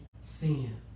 sin